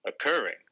occurring